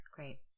Great